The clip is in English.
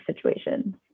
situations